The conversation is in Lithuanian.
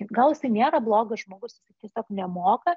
kad gal jisai nėra blogas žmogus tiesiog nemoka